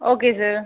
okay sir